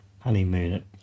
Honeymoon